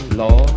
law